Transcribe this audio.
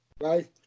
right